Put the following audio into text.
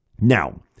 Now